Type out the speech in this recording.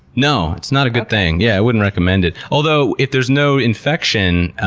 no, it's not a good thing. yeah, i wouldn't recommend it. although, if there's no infection,